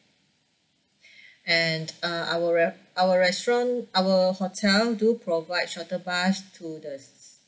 and uh our re~ our restaurant our hotel do provide shuttle bus to the